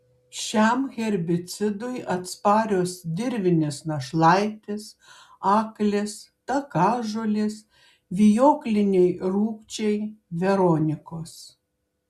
šiam herbicidui atsparios dirvinės našlaitės aklės takažolės vijokliniai rūgčiai veronikos